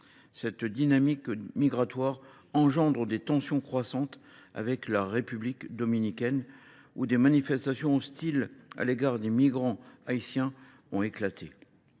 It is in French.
Cette dynamique migratoire engendre des tensions croissantes avec la République dominicaine, où des manifestations hostiles aux migrants haïtiens se sont